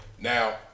Now